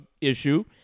issue